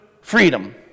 freedom